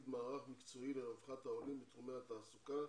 מערך מקצועי לרווחת העולים בתחומי התעסוקה,